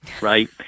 Right